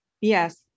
Yes